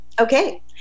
Okay